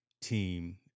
team